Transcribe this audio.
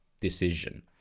decision